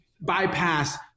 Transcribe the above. bypass